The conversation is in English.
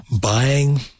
buying